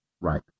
right